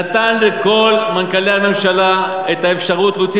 נתן לכל מנכ"לי הממשלה את האפשרות להוציא